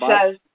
says